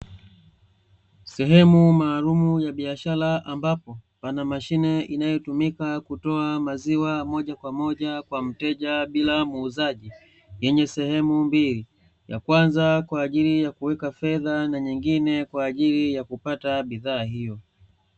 Sehemu maalumu ya biashara, ambapo pana mashine inayotumika kutoa maziwa moja kwa moja kwa mteja bila muuzaji yenye sehemu mbili; ya kwanza kwa ajili ya kuweka fedha, na nyingine kwa ajili ya kupata bidhaa hiyo.